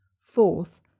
Fourth